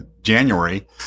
January